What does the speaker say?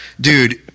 Dude